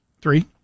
Three